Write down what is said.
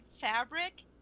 fabric